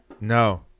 No